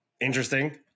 interesting